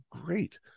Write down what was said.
great